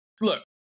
look